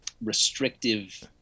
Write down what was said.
restrictive